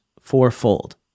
fourfold